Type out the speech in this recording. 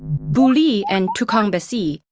buli and tukang basi,